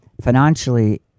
financially